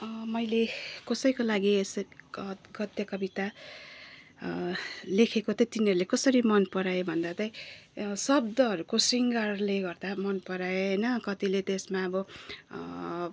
मैले कसैको लागि यसरी क कथ्य कविता लेखेको त तिनीहरूले कसरी मनपरायो भन्दा चाहिँ शब्दहरूको शृङ्गारले गर्दा मनपराए होइन कतिले त्यसमा अब